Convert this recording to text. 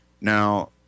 Now